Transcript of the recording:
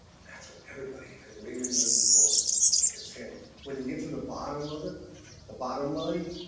that's what everybody is really looking for is him when you get to the bottom of it the bottom line